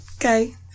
okay